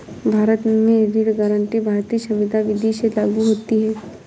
भारत में ऋण गारंटी भारतीय संविदा विदी से लागू होती है